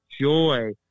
joy